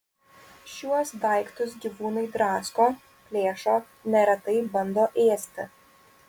šiuos daiktus gyvūnai drasko plėšo neretai bando ėsti